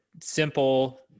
simple